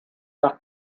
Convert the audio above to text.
nach